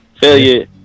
Failure